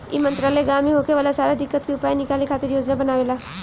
ई मंत्रालय गाँव मे होखे वाला सारा दिक्कत के उपाय निकाले खातिर योजना बनावेला